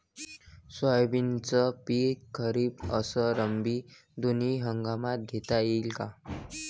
सोयाबीनचं पिक खरीप अस रब्बी दोनी हंगामात घेता येईन का?